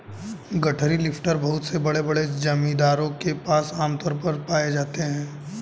गठरी लिफ्टर बहुत से बड़े बड़े जमींदारों के पास आम तौर पर पाए जाते है